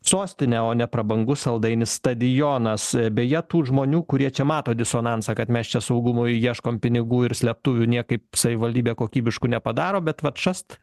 sostinę o ne prabangus saldainis stadionas beje tų žmonių kurie čia mato disonansą kad mes čia saugumui ieškom pinigų ir slėptuvių niekaip savivaldybė kokybiškų nepadaro bet vat šast